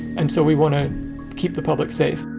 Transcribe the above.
and so we want to keep the public safe